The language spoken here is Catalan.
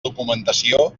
documentació